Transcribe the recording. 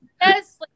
Yes